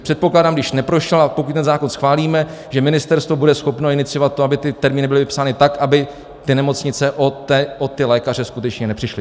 Předpokládám, když neprošel, a pokud ten zákon schválíme, že ministerstvo bude schopno iniciovat to, aby ty termíny byly vypsány tak, aby ty nemocnice o té lékaře skutečně nepřišly.